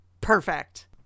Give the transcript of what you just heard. Perfect